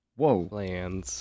Whoa